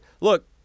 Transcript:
look